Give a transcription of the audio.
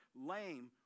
lame